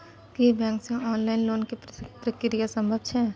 की bank से online loan के प्रक्रिया संभव छै?